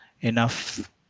enough